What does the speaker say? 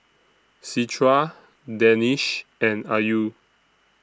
Citra Danish and Ayu